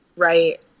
Right